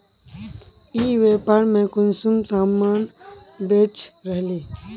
ई व्यापार में कुंसम सामान बेच रहली?